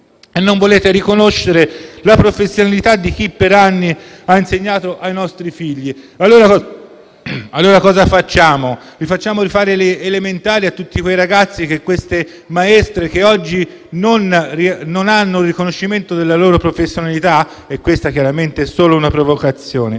e non vogliate riconoscere la professionalità di chi per anni ha insegnato ai nostri figli. Cosa facciamo, allora? Facciamo rifare le elementari a tutti i ragazzi allievi di quelle maestre che oggi non hanno il riconoscimento della loro professionalità? (Questa chiaramente è solo una provocazione.)